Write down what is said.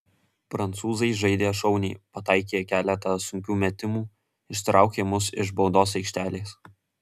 prancūzai žaidė šauniai pataikė keletą sunkių metimų ištraukė mus iš baudos aikštelės